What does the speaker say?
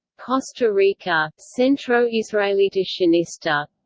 costa rica centro israelita sionista